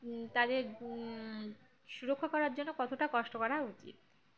তাদের সুরক্ষা করার জন্য কতটা কষ্ট করা উচিৎ